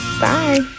Bye